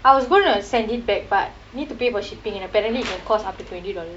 I was gonna send it back but need to pay for shipping and apparently it can cost up to twenty dollars